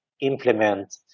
implement